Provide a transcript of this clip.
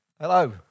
Hello